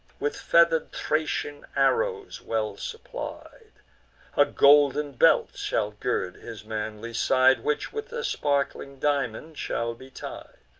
with feather'd thracian arrows well supplied a golden belt shall gird his manly side, which with a sparkling diamond shall be tied.